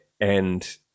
and-